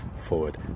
forward